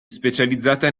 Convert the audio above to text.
specializzata